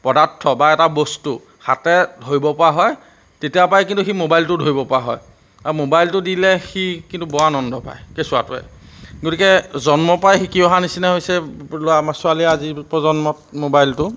পদাৰ্থ বা এটা বস্তু হাতে ধৰিব পৰা হয় তেতিয়াৰ পৰাই কিন্তু সি মোবাইলটো ধৰিব পৰা হয় আৰু মোবাইলটো দিলে সি কিন্তু বৰ আনন্দ পায় কেঁচুৱাটোৱে গতিকে জন্মৰ পৰাই শিকি অহা নিচিনা হৈছে ল'ৰা আমাৰ ছোৱালীয়ে আজিৰ প্ৰজন্মত মোবাইলটো